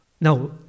Now